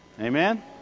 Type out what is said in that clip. Amen